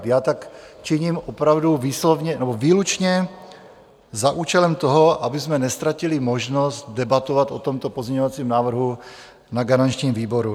Já tak činím opravdu výslovně nebo výlučně za účelem toho, abychom neztratili možnost debatovat o tomto pozměňovacím návrhu na garančním výboru.